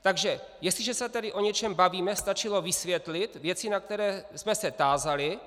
Takže jestliže se tedy o něčem bavíme, stačilo vysvětlit věci, na které jsme se tázali.